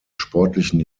sportlichen